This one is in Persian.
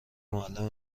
معلم